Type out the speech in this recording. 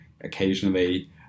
occasionally